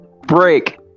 break